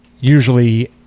usually